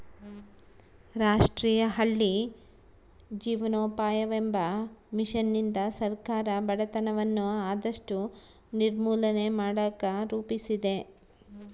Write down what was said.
ರಾಷ್ಟ್ರೀಯ ಹಳ್ಳಿ ಜೀವನೋಪಾಯವೆಂಬ ಮಿಷನ್ನಿಂದ ಸರ್ಕಾರ ಬಡತನವನ್ನ ಆದಷ್ಟು ನಿರ್ಮೂಲನೆ ಮಾಡಕ ರೂಪಿಸಿದೆ